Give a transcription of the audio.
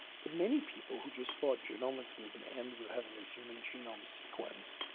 but many people who just thought genomics was going to end with having a human genome sequence,